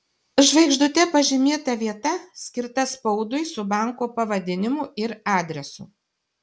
žvaigždute pažymėta vieta skirta spaudui su banko pavadinimu ir adresu